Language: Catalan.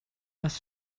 les